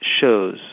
shows